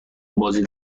بازی